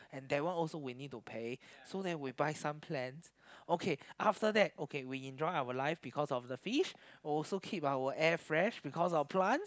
and that one also we need to pay so then we buy some plants okay after that okay we enjoy our life because of the fish also keep our air fresh because of plants